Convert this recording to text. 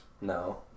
No